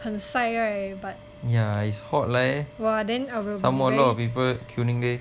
很晒 right but !wah! then I will be very